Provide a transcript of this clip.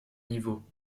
niveau